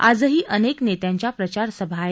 आजही अनेक नेत्याच्या प्रचारसभा आहेत